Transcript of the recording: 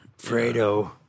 Fredo